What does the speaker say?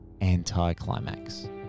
anti-climax